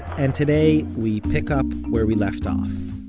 and today, we pick up where we left off.